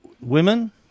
women